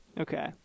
Okay